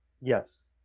yes